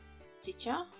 Stitcher